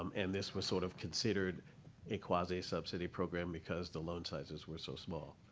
um and this was sort of considered a quasi-subsidy program, because the loan sizes were so small.